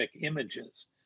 images